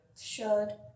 Sure